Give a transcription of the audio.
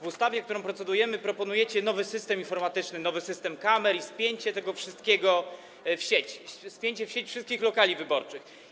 W ustawie, nad którą procedujemy, proponujecie nowy system informatyczny, nowy system kamer i spięcie tego wszystkiego w sieć wszystkich lokali wyborczych.